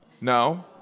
No